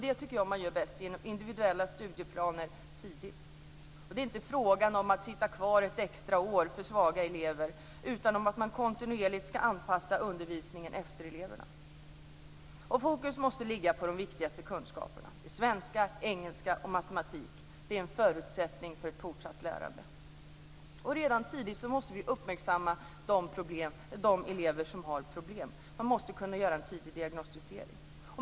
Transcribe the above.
Det tycker jag sker bäst genom individuella studieplaner tidigt. För svaga elever är det inte fråga om att "sitta kvar" ett extraår, utan det är fråga om att kontinuerligt anpassa undervisningen efter eleverna. Fokus måste ligga på de viktigaste kunskaperna - svenska, engelska och matematik. Detta är en förutsättning för fortsatt lärande. Redan tidigt måste vi uppmärksamma de elever som har problem. Man måste kunna göra en tidig diagnostisering.